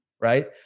right